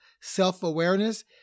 self-awareness